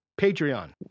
Patreon